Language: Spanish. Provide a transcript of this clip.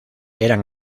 eran